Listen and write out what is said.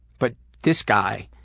but this guy,